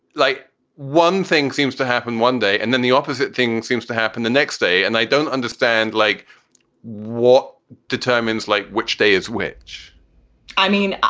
like one thing seems to happen one day and then the opposite thing seems to happen the next day and they don't understand, like what determines like which day is which i mean,